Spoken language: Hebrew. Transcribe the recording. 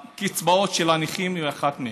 והקצבאות של הנכים הן אחת מהם.